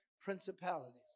Principalities